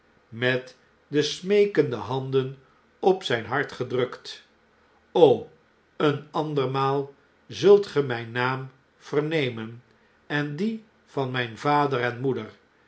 met de smeekende handen op zgn hart gedrukt een andermaal zult ge mgn naam vernemen en dien van mgn vader en moeder